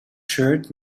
shirt